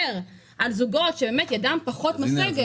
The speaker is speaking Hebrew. על זוגות שידם פחות משגת?